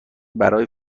برای